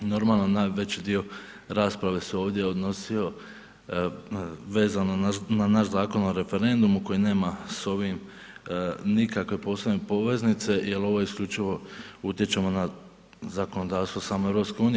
Normalno na veći dio rasprave se ovdje odnosio vezano na naš Zakon o referendumu koji nema s ovim nikakve posebne poveznice jer ovo isključivo utječemo na zakonodavstvo EU.